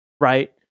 Right